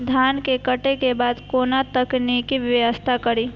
धान के काटे के बाद कोन तकनीकी व्यवस्था करी?